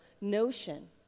notion